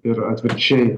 ir atvirkščiai